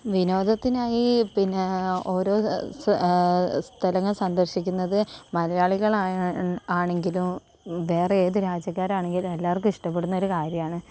വിനോദത്തിനായി ഈ പിന്നെ ഓരോ സ്ഥ സ്ഥലങ്ങൾ സന്ദർശിക്കുന്നത് മലയാളികൾ ആ ആണെങ്കിലും വേറെ ഏത് രാജ്യക്കാരാണെങ്കിലും എല്ലാർക്കും ഇഷ്ടപെടുന്ന ഒരു കാര്യമാണ്